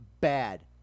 bad